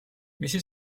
მისი